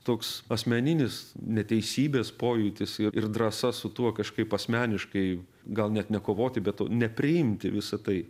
toks asmeninis neteisybės pojūtis ir ir drąsa su tuo kažkaip asmeniškai gal net nekovoti bet to nepriimti visa tai